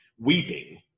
Weeping